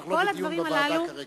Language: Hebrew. גברתי, אנחנו לא בדיון בוועדה כרגע.